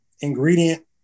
ingredient